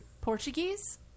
Portuguese